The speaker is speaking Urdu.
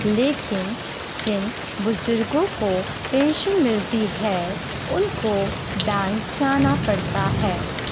لیکن جن بزرگوں کو پینشن ملتی ہے ان کو بینک جانا پڑتا ہے